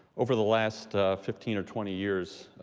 over the last fifteen or twenty years,